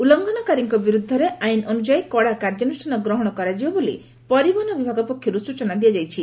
ଉଲୁଘନକାରୀଙ୍କ ବିରୁଦ୍ଧରେ ଆଇନ୍ ଅନୁଯାୟୀ କଡ଼ା କାର୍ଯ୍ୟାନୁଷ୍ଠାନ ଗ୍ରହଶ କରାଯିବ ବୋଲି ପରିବହନ ବିଭାଗ ପକ୍ଷରୁ ସ୍ଚନା ଦିଆଯାଇଛି